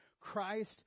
Christ